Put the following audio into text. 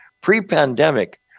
Pre-pandemic